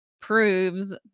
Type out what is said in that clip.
proves